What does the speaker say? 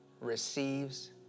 receives